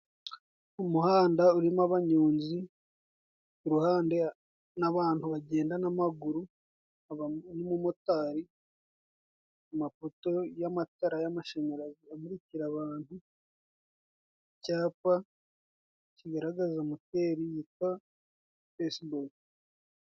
Umuhanda urimo abanyonzi ku ruhande n'abantu bagenda n'amaguru, n'umumotari, amapoto y'amatara y'amashanyarazi amurikira abantu, icyapa kigaragaza moteri yitwa Fesibolo.